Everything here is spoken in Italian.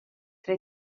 tra